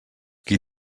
qui